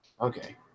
Okay